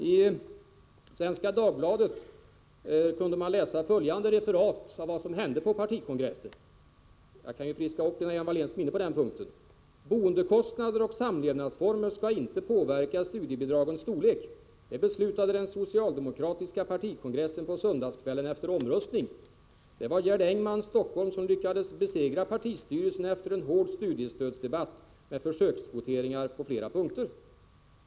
I Svenska Dagbladet kunde man läsa följande referat av vad som hände på partikongressen — jag kan friska upp Lena Hjelm-Walléns minne på den punkten: ”Boendekostnader och samlevnadsformer skall inte påverka studiebidragens storlek. Det beslutade den socialdemokratiska partikongressen på söndagskvällen efter omröstning. Det var Gerd Engman, Stockholm, som lyckades besegra partistyrelsen efter en hård studiestödsdebatt med försöksvoteringar på flera punkter.